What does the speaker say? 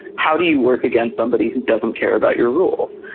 how do you work against somebody who doesn't care about your rules.